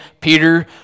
Peter